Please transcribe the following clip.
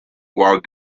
while